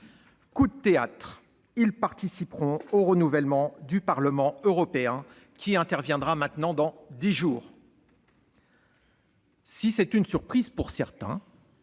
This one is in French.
Coup de théâtre ! Ils participeront au renouvellement du Parlement européen qui interviendra dans dix jours. Si c'est une surprise pour certains,